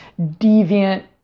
deviant